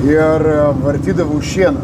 ir vartydavau šieną